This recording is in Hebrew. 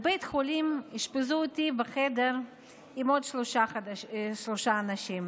בבית החולים אשפזו אותי בחדר עם שלושה אנשים,